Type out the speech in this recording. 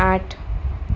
આઠ